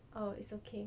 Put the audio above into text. oh it's okay